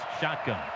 shotgun